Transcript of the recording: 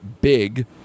big